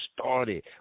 started